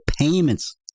payments